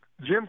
Jim